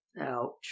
Ouch